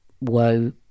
whoa